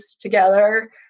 together